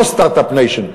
לא Start-up Nation.